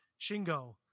Shingo